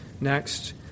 next